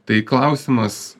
tai klausimas